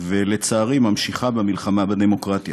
ולצערי ממשיכה במלחמה בדמוקרטיה